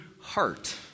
heart